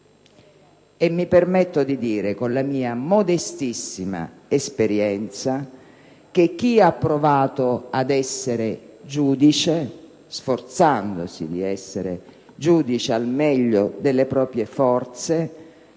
Mi permetto di dire, con la mia modestissima esperienza, che chi ha provato ad essere giudice, sforzandosi di esserlo al meglio delle proprie forze,